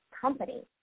company